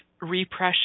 repression